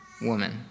woman